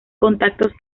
contactos